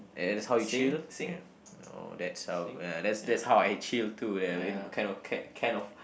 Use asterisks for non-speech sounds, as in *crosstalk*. and that's how you chill *noise* oh that's how ah that's that's how I chill too there we kind of k~ kind of